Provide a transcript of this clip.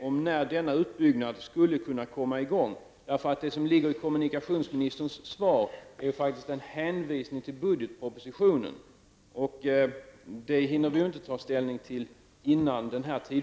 Sturups utbyggnad kan sålunda komma att skjutas på en oviss framtid.